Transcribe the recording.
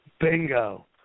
Bingo